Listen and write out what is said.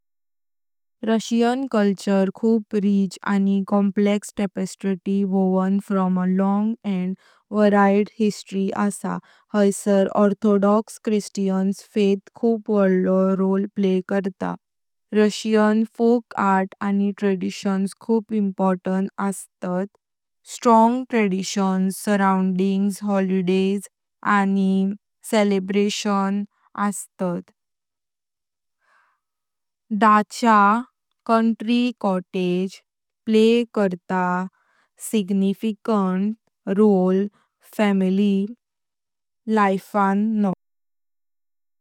Russian culture खूप rich आणि complex tapestry woven from a long आणि व्हेरिएड हिस्ट्री आहे। हायसार ऑर्थोडॉक्स ख्रिश्चन फेथ खूप मोठं रोल प्ले करतात। रशियन फोल्क आर्ट आणि ट्रॅडिशन्स खूप इम्पॉर्टन्ट आहेत। स्ट्रॉंग ट्रॅडिशन्स सराउंडिंग हॉलिडेज आणि सेलिब्रेशन्स आहेत। "दाचा" (कंट्री कॉटेज) प्ले करता सिग्निफिकंट रोल फॅमिली लाईफ आन।